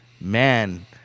man